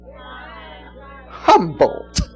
humbled